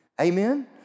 Amen